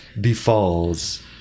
befalls